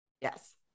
yes